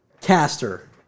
caster